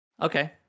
Okay